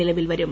നിലവിൽ വരും